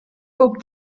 bob